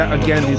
again